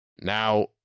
Now